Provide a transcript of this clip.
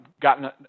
gotten